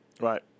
Right